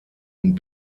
und